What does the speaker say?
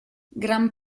gran